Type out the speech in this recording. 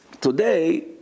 Today